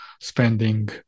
spending